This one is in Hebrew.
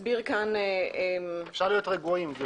אפשר להיות רגועים?